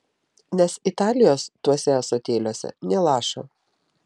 nes italijos tuose ąsotėliuose nė lašo